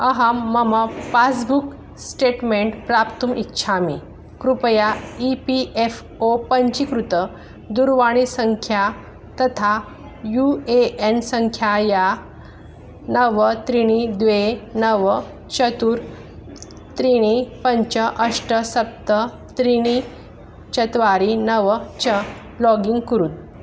अहं मम passbook statement प्राप्तुम् इच्छामि कृपया ई पी एफ़् ओ पञ्चीकृतदूरवाणीसङ्ख्या तथा यू ए एन् सङ्ख्यायाः नव त्रीणि द्वे नव चत्वारि त्रीणि पञ्च अष्ट सप्त त्रीणि चत्वारि नव च लोगिन् कुरु